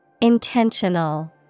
Intentional